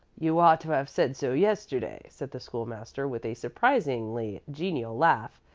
you ought to have said so yesterday, said the school-master, with a surprisingly genial laugh.